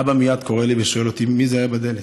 אבא מייד קורא לי ושואל אותי: מי זה היה בדלת?